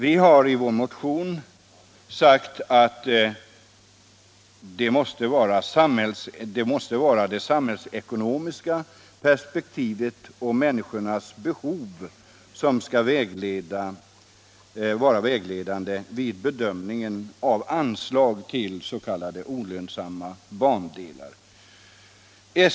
Vi har i vår motion sagt att det måste vara det samhällsekonomiska perspektivet och människornas behov som skall vara vägledande vid bedömningen av anslag till s.k. olönsamma bandelar.